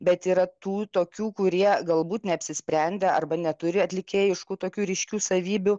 bet yra tų tokių kurie galbūt neapsisprendę arba neturi atlikėjai aišku tokių ryškių savybių